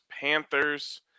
Panthers